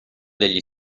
degli